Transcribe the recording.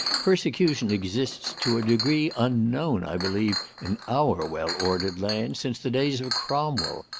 persecution exists to a degree unknown, i believe, in our well-ordered land since the days of cromwell.